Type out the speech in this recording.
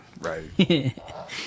right